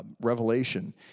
Revelation